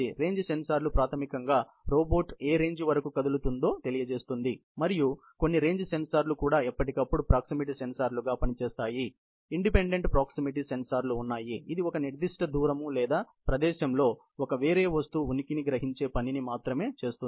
range sensor ప్రాథమికంగా robot ఏ range వరకు కదులుతుందో తెలియజేస్తుంది మరియు కొన్ని రేంజ్ సెన్సార్లు కూడా ఎప్పటికప్పుడు ప్రాక్సిమిటీ సెన్సార్లుగా పనిచేస్తాయి కానీ మీకు తెలుసా ఇండిపెండెంట్ ప్రాక్సిమిటీ సెన్సార్లు ఉన్నాయి ఇది ఒక నిర్దిష్ట దూరం లేదా ప్రదేశంలో ఒక వేరే వస్తువు ఉనికిని గ్రహించే పనిని మాత్రమే చేస్తుంది